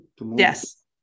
Yes